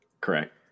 correct